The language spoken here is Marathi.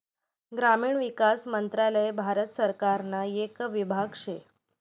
ग्रामीण विकास मंत्रालय भारत सरकारना येक विभाग शे